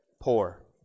poor